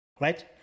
Right